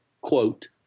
quote